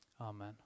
Amen